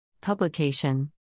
Publication